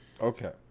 okay